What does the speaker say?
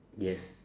yes